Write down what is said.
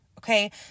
Okay